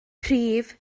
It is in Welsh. prif